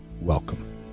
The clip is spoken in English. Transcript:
welcome